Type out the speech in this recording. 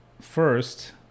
first